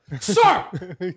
sir